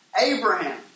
Abraham